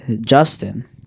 Justin